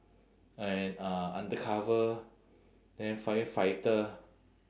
and uh undercover then firefighter